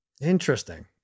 Interesting